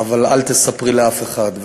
אבל אל תספרי לאף אחד.